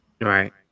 Right